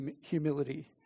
humility